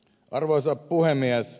arvoisa puhemies